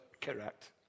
correct